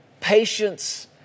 Patience